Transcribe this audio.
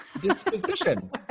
Disposition